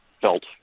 felt